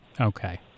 Okay